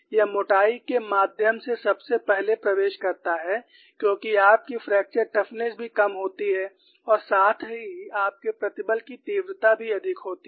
यह मोटाई के माध्यम से सबसे पहले प्रवेश करता है क्योंकि आपकी फ्रैक्चर टफनेस भी कम होती है और साथ ही आपके प्रतिबल की तीव्रता भी अधिक होती है